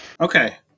okay